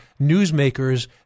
newsmakers